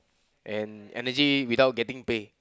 and energy without getting pay